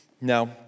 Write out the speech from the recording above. Now